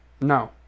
No